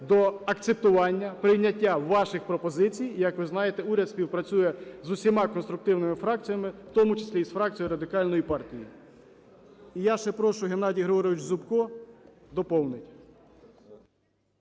до акцентування, прийняття ваших пропозицій. Як ви знаєте, уряд співпрацює з усіма конструктивними фракціями, в тому числі і з фракцією Радикальної партії. І я ще прошу, Геннадій Григорович Зубко доповнить.